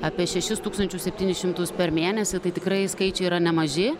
apie šešis tūkstančius septynis šimtus per mėnesį tai tikrai skaičiai yra nemaži